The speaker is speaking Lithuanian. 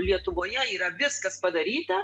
lietuvoje yra viskas padaryta